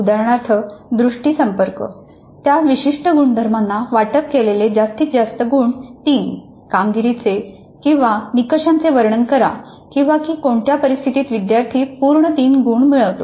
उदाहरणार्थ दृष्टी संपर्क त्या विशिष्ट गुणधर्मांना वाटप केलेले जास्तीत जास्त गुण 3 कामगिरीचे निकषांचे वर्णन करा की कोणत्या परिस्थितीत विद्यार्थी पूर्ण 3 गुण मिळवितो